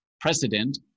precedent